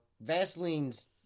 Vaseline's